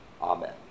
Amen